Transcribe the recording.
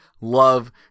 love